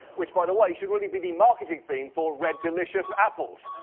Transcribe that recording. which, by the way, should really be the marketing theme for red delicious apples.